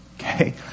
Okay